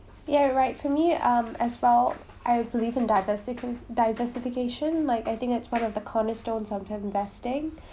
ya right for me um as well I believe in diversi~ diversification like I think that's one of the cornerstones of investing